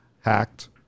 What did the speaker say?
hacked